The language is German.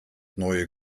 neue